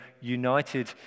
united